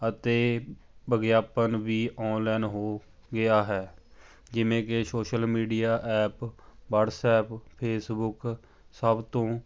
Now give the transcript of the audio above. ਅਤੇ ਵਿਗਿਆਪਨ ਵੀ ਔਨਲਾਈਨ ਹੋ ਗਿਆ ਹੈ ਜਿਵੇਂ ਕਿ social media app WhatsApp Facebook ਸਭ ਤੋਂ